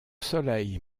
soleil